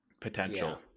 potential